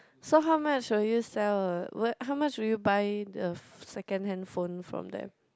so how much would you sell a what how much would you buy the second handphone from them